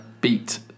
beat